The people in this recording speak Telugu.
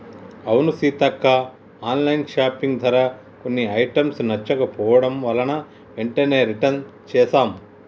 అవును సీతక్క ఆన్లైన్ షాపింగ్ ధర కొన్ని ఐటమ్స్ నచ్చకపోవడం వలన వెంటనే రిటన్ చేసాం